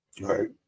Right